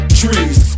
trees